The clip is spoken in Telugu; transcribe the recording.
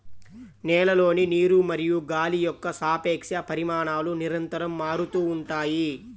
నేలలోని నీరు మరియు గాలి యొక్క సాపేక్ష పరిమాణాలు నిరంతరం మారుతూ ఉంటాయి